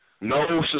no